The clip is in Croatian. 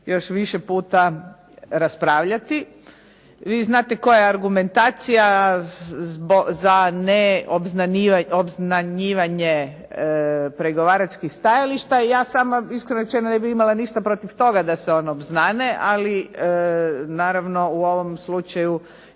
još više puta raspravljati. Vi znate koja je argumentacija za neobznanjivanje pregovaračkih stajališta. I sama iskreno rečeno ne bih imala ništa protiv toga da se one obznane, ali naravno u ovom slučaju